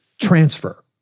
transfer